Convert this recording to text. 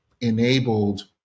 enabled